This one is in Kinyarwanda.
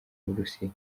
burusiya